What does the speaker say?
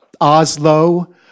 Oslo